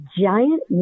giant